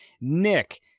Nick